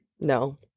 No